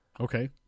Okay